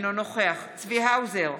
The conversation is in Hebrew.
אינו נוכח צבי האוזר,